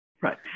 Right